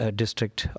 district